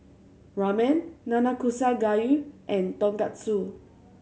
Ramen Nanakusa Gayu and Tonkatsu